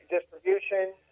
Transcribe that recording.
distribution